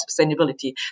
sustainability